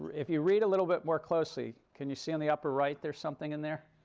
if you read a little bit more closely, can you see on the upper right there's something in there?